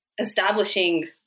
establishing